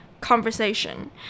conversation